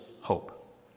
hope